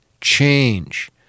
change